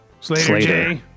Slater